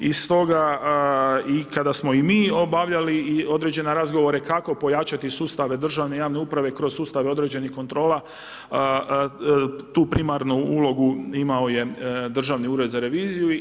I stoga i kada smo i mi obavljali određene razgovore kako pojačati sustave državne i javne uprave kroz sustave određenih kontrola tu primarnu uredu imao je Državni ured za reviziju.